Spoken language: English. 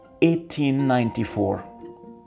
1894